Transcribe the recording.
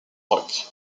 rock